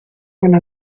von